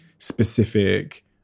specific